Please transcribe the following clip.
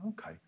okay